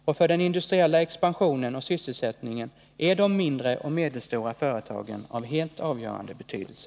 Och för den industriella expansionen och sysselsättningen är de mindre och medelstora företagen av helt avgörande betydelse.